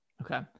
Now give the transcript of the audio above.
Okay